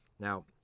Now